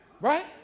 right